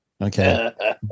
Okay